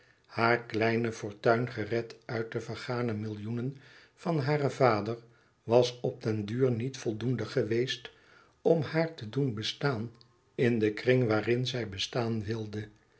haar klein fortuin gered uit de vergane millioenen van haren vader was op den duur niet voldoende geweest om haar te doen bestaan in de kringen waarin zij bestaan wilde